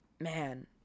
man